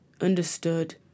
understood